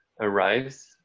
arrives